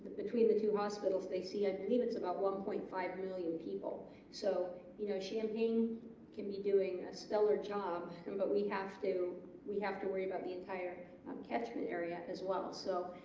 between the two hospitals they see i believe it's about one point five million people so you know champaign can be doing a stellar job and but we have to we have to worry about the entire um catchment area as well so